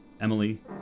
Emily